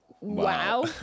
wow